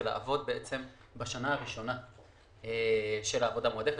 זה לעבוד בשנה הראשונה של העבודה המועדפת.